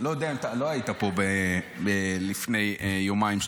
לא היית פה לפני יומיים,